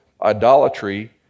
idolatry